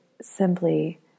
simply